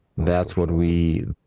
that's what we.